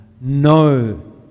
no